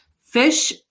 fish